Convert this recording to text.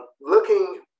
looking